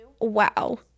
wow